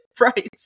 right